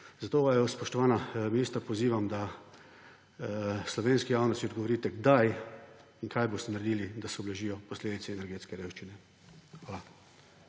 Zato vaju, spoštovana ministra, pozivam, da slovenski javnosti odgovorite: Kdaj in kaj boste naredili, da se ublažijo posledice energetske revščine? Hvala.